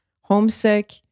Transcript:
homesick